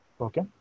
Okay